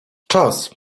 czas